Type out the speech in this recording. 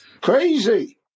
Crazy